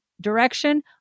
direction